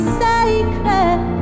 sacred